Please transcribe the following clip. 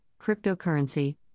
cryptocurrency